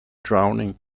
drowning